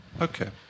Okay